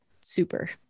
super